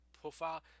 profile